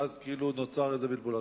ואז כאילו נוצר איזה בלבול,